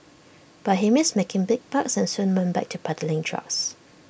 but he missed making big bucks and soon went back to peddling drugs